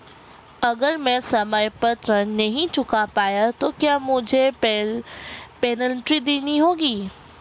अगर मैं समय पर ऋण नहीं चुका पाया तो क्या मुझे पेनल्टी देनी होगी?